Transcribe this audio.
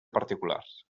particulars